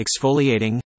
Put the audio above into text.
exfoliating